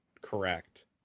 correct